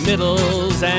Middles